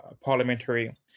parliamentary